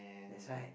that's why